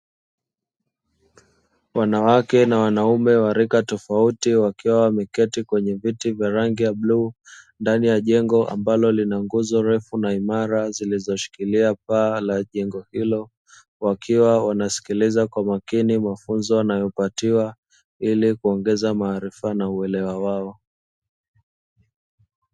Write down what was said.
Wanawake na wanaume wa rika tofauti wakiwa wameketi kwenye viti vya rangi ya bluu. Ndani ya jengo ambalo lina nguzo refu na imara ambalo linashikilia paa la jengo hilo. Wakiwa wanasikiliza kwa makini mafunzo wanayopatiwa ili kuongeza maarifa na uelewa wao.